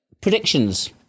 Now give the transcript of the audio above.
predictions